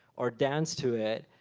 or dance to it.